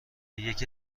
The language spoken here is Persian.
یکی